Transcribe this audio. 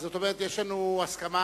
זאת אומרת, יש לנו הסכמה